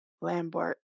Lambert